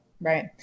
right